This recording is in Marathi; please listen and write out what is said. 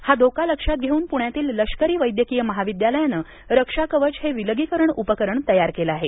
हा धोका लक्षात घेऊन पूण्यातील लष्करी वैद्यकीय महाविद्यालयाने रक्षा कवच हे विलगीकरण उपकरण तयार केलं आहे